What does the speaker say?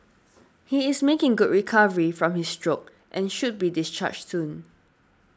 he is making good recovery from his stroke and should be discharged soon